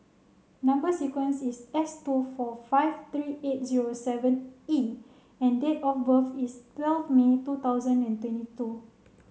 number sequence is S two four five three eight zero seven E and date of birth is twelve May two thousand and twenty two